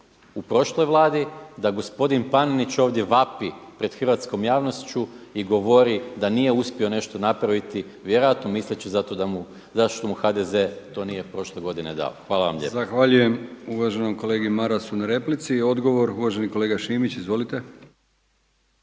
u prošloj vladi da gospodin Panenić ovdje vapi pred hrvatskom javnošću i govori da nije uspio nešto napraviti, vjerojatno misleći zašto mu HDZ to nije prošle godine dao. Hvala vam lijepo. **Brkić, Milijan (HDZ)** Zahvaljujem uvaženom kolegi Marasu na replici. Odgovor uvaženi kolega Šimić. Izvolite.